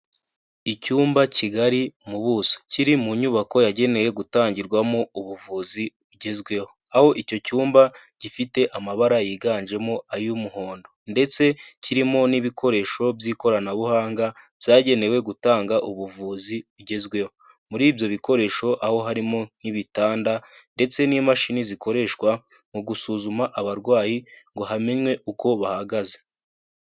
Icyumba kigari mu buso kiri mu nyubako yagenewe gutangirwamo ubuvuzi bugezweho. Aho icyo cyumba gifite amabara yiganjemo ay'umuhondo. Ndetse kirimo n'ibikoresho by'ikoranabuhanga byagenewe gutanga ubuvuzi bugezweho. Muri ibyo bikoresho aho harimo nk'ibitanda ndetse n'imashini zikoreshwa mu gusuzuma abarwayi ngo hamenywe uko bahagaze.